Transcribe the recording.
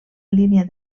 línia